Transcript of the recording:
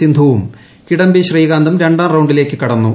സിന്ധുവും കിഡംബി ശ്രീകാന്തും രണ്ടാം റൌണ്ടിലേക്ക് കടന്നു